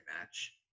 match